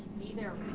be there